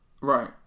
Right